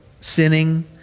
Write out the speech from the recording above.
sinning